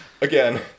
Again